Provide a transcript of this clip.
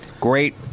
Great